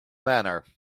manner